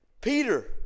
Peter